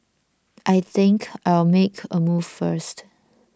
I think I'll make a move first